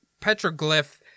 petroglyph